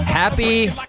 Happy